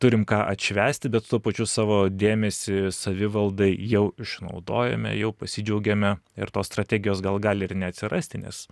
turim ką atšvęsti bet tuo pačiu savo dėmesį savivaldai jau išnaudojome jau pasidžiaugėme ir tos strategijos gal gali ir neatsirasti nes